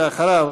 אחריו,